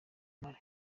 mpari